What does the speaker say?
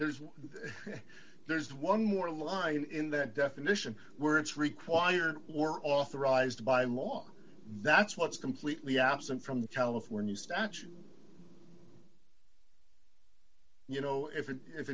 there's there's one more line in that definition were it's required or authorized by law that's what's completely absent from california statute you know if it if